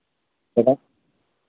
बताएँ